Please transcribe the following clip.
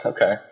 Okay